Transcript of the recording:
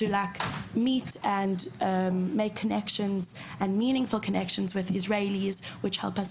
מתאפשר לנו לפגוש וליצור קשרים עם ישראלים שעוזרים לנו